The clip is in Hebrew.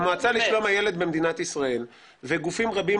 אז המועצה לשלום הילד במדינת ישראל וגופים רבים,